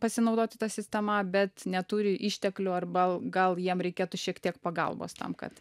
pasinaudoti ta sistema bet neturi išteklių arba gal jiem reikėtų šiek tiek pagalbos tam kad